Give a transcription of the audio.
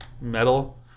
metal